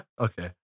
Okay